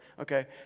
okay